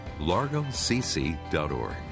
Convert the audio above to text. largocc.org